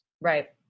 Right